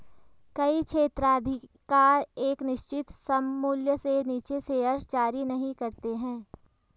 कई क्षेत्राधिकार एक निश्चित सममूल्य से नीचे शेयर जारी नहीं करते हैं